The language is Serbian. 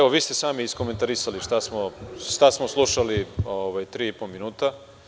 Vi ste sami iskomentarisali šta smo slušali tri i po minuta.